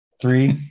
Three